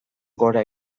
gora